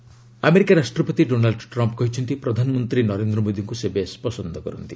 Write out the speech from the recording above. Trump Modi America ରାଷ୍ଟ୍ରପତି Donald Trump କହିଛନ୍ତି ପ୍ରଧାନମନ୍ତ୍ରୀ ନରେନ୍ଦ୍ର ମୋଦୀଙ୍କୁ ସେ ବେଶ୍ ପସନ୍ଦ କରନ୍ତି